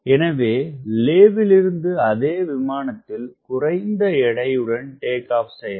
எனவே லே விலிருந்து அதே விமானத்தில் குறைந்த எடையுடன் டேக் ஆப் செய்யலாம்